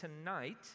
tonight